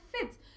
fits